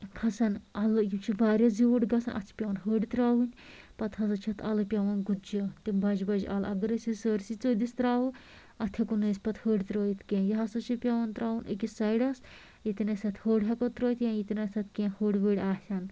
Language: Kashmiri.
کھسان اَلہٕ یہِ چھُ واریاہ زیٛوٗٹھ گژھان اَتھ چھِ پیٚوان ہوٚڑۍ ترٛاوٕنۍ پَتہٕ ہسا چھِ اَتھ اَلہٕ پیٚوان گُتجہِ تِم بَجہِ بَجہِ اَلہٕ اَگر أسۍ یہِ سارسٕے ژوٚدِس ترٛاوو اَتھ ہیٚکو نہٕ أسۍ پَتہٕ ہوٚڑۍ ترٛایِتھ کیٚنٛہہ یہِ ہسا چھُ پیٚوان ترٛاوُن أکِس سایڈَس ییٚتیٚن أسۍ اَتھ ہوٚڑۍ ہیٚکو ترٛٲیِتھ یا ییٚتیٚن اَتھ کیٚنٛہہ ہوٚڑۍ ووٚڑۍ آسیٚن